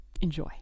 Enjoy